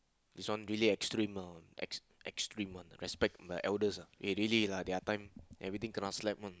this one really extreme lah extreme extreme one lah respect the elders eh really lah their time everything kena slap one